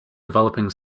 developing